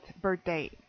birthday